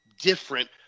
different